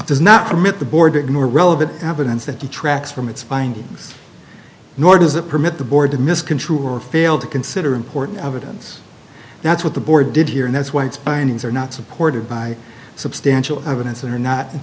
does not permit the board more relevant evidence that detracts from its findings nor does it permit the board to misconstrue or fail to consider important evidence that's what the board did here and that's why it's findings are not supported by substantial evidence or not